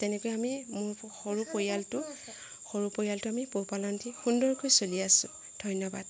তেনেকৈ আমি মোৰ সৰু পৰিয়ালটো সৰু পৰিয়ালটো আমি পোহপালন দি সুন্দৰকৈ চলি আছোঁ ধন্যবাদ